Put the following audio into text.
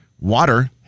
Water